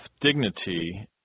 dignity